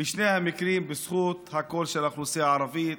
בשני המקרים בזכות הקול של האוכלוסייה הערבית,